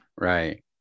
Right